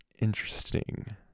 interesting